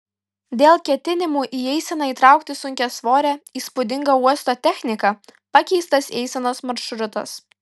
dėl ketinimų į eiseną įtraukti sunkiasvorę įspūdingą uosto techniką pakeistas eisenos maršrutas